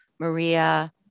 Maria